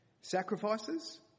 Sacrifices